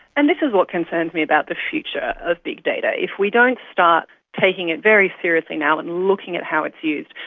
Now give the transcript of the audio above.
and this is what concerns me about the future of big data. if we don't start taking it very seriously now and looking at how it is used,